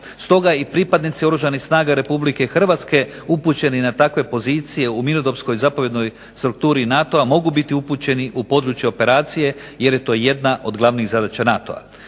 Stoga i pripadnici Oružanih snaga RH upućeni na takve pozicije u mirnodopskoj zapovjednoj strukturi NATO-a mogu biti upućeni u područje operacije jer je to jedna od glavnih zadaća NATO-a.